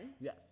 Yes